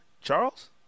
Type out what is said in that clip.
Charles